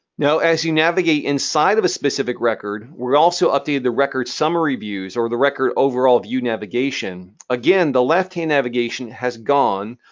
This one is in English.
now, as you navigate inside of a specific record, we're also updating the record summary views or the record overall view navigation. again, the left-hand navigation has gone.